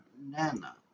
Nana